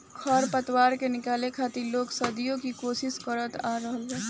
खर पतवार के निकाले खातिर लोग सदियों ही कोशिस करत आ रहल बा